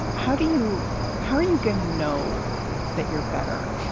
how do you how are you going to know that you're better?